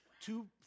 two